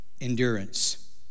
endurance